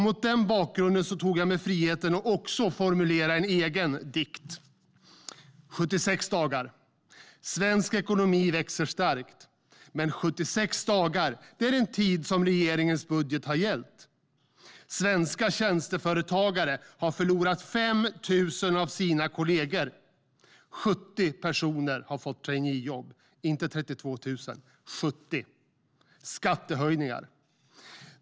Mot den bakgrunden tog jag också mig friheten att formulera en egen dikt: 76 dagar. Svensk ekonomi växer starkt. Men 76 dagar är den tid som regeringens budget har gällt. Svenska tjänsteföretagare har förlorat 5 000 av sina kollegor.70 personer har fått traineejobb - inte 32 000.Skattehöjningar.